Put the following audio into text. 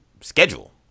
schedule